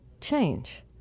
change